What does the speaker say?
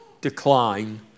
decline